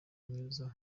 mwiza